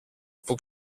που